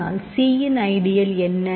ஆனால் c இன் ideal என்ன